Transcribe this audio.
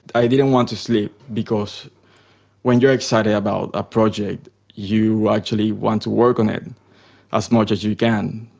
i didn't want to sleep because when you're excited about a project you actually want to work on it as much as you can.